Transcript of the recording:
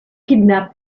kidnap